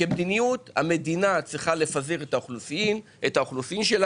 כמדיניות, המדינה צריכה לפזר את האוכלוסייה שלה.